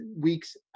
week's